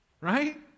right